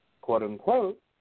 quote-unquote